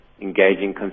engaging